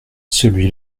celui